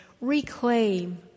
reclaim